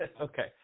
Okay